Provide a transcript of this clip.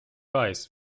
weiß